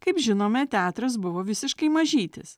kaip žinome teatras buvo visiškai mažytis